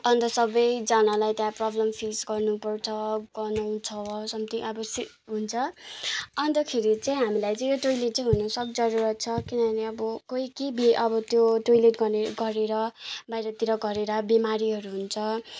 अन्त सबैजनालाई त्यहाँ प्रब्लम फेस गर्नु पर्छ गनाउँछ सम्थिङ अब स हुन्छ अन्तखेरि चाहिँ हामीलाई चाहिँ टोइलेट चाहिँ हुनु सख्त जरुरत छ किनभने अब कोही केही अब त्यो टोइलेट गर्ने गरेर बाहिरतिर गरेर बिमारीहरू हुन्छ